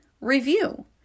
review